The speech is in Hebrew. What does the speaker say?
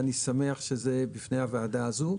ואני שמח שזה בפני הוועדה הזו.